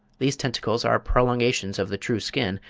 these tentacles are prolongations of the true skin,